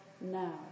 now